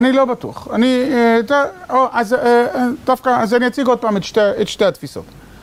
אני לא בטוח, אז אני אציג עוד פעם את שתי התפיסות.